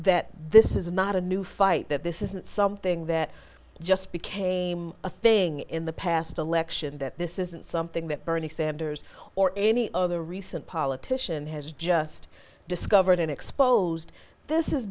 that this is not a new fight that this isn't something that just became a thing in the past election that this isn't something that bernie sanders or any other recent politician has just discovered an exposed this